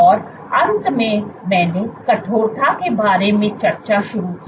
और अंत में मैंने कठोरता के बारे में चर्चा शुरू की